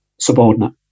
subordinate